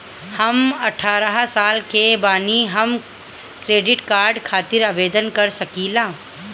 हम अठारह साल के बानी हम क्रेडिट कार्ड खातिर आवेदन कर सकीला?